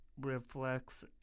reflects